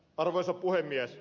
arvoisa puhemies